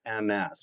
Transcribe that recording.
ms